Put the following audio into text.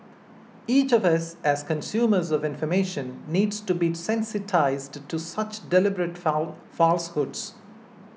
each of us as consumers of information needs to be sensitised to such deliberate falsehoods